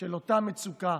על אותה מצוקה,